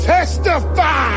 Testify